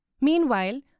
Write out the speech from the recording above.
Meanwhile